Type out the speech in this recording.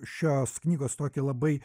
šios knygos tokį labai